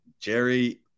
Jerry